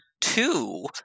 two